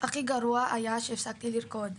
הכי גרוע היה שהפסקתי לרקוד,